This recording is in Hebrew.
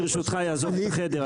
אני אעזוב את החדר,